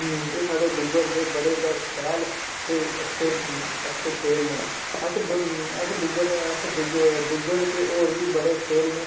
एह् साढ़े डुग्गर दे बड़े गै शैल ते अच्छे अच्छे खेल न अस अस डुग्गर अस डुग्गर च होर बड़े खेल न